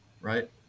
right